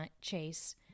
chase